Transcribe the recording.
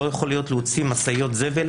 לא יכול להיות שנוציא משאיות זבל